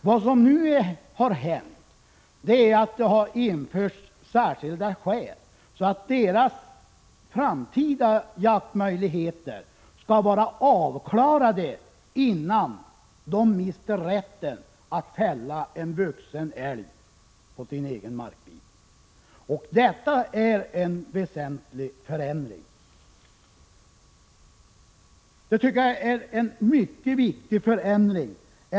Vad som nu har inträffat är att det har införts särskilda skäl i detta sammanhang. Frågor om de mindre markägarnas framtida jaktmöjligheter skall således vara avklarade innan dessa mister rätten att fälla en vuxen älg på sin egen markbit. Detta är en väsentlig förändring, ja, det är en mycket viktig förändring.